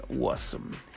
awesome